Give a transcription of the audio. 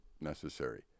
necessary